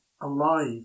alive